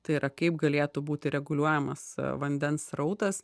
tai yra kaip galėtų būti reguliuojamas vandens srautas